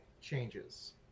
changes